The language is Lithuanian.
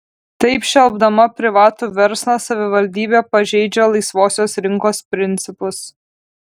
taip šelpdama privatų verslą savivaldybė pažeidžia laisvosios rinkos principus